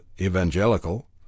evangelical